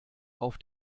auf